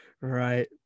Right